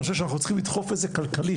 אני חושב שאנחנו צריכים לדחוף את זה כלכלית.